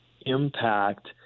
impact